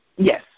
Yes